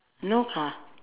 no car